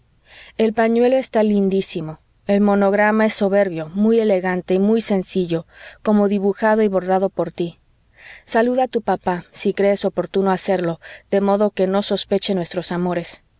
el pañuelo está lindísimo el monograma es soberbio muy elegante y muy sencillo como dibujado y bordado por tí saluda a tu papá si crees oportuno hacerlo de modo que no sospeche nuestros amores